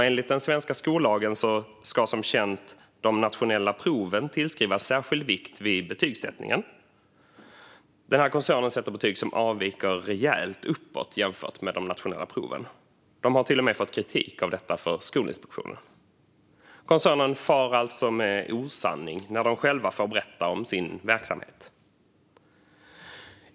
Enligt den svenska skollagen ska, som känt, de nationella proven tillskrivas särskild vikt vid betygsättningen. Den här koncernen sätter betyg som avviker rejält uppåt jämfört med de nationella proven. Man har till och med fått kritik för detta av Skolinspektionen. Koncernen far alltså med osanning när man själv får berätta om sin verksamhet.